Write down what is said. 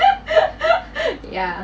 yeah